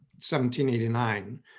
1789